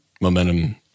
momentum